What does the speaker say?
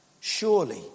Surely